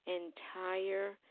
entire